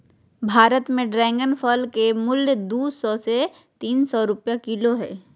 भारत में ड्रेगन फल के मूल्य दू सौ से तीन सौ रुपया किलो हइ